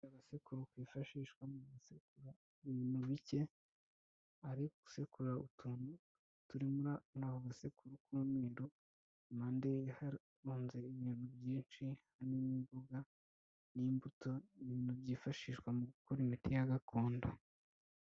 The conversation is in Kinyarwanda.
Agasekuru kifashishwa mu gusekura ibintu bike. Ari gusekura utuntu turi muri ako gasekuru k'umweru. Impande ye, harunze ibintu byinshi hamwe n'imboga n'imbuto, ibintu byifashishwa mu gukora imiti ya gakondo.